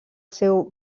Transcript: seu